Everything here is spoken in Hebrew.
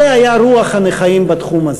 זו הייתה רוח הנכאים בתחום הזה.